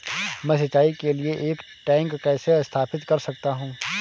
मैं सिंचाई के लिए एक टैंक कैसे स्थापित कर सकता हूँ?